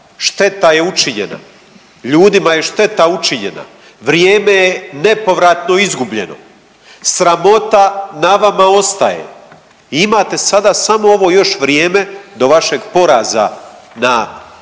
Šteta je učinjena. Ljudima je šteta učinjena. Vrijeme je nepovratno izgubljeno. Sramota na vama ostaje. I imate sada samo ovo još vrijeme do vašeg poraza na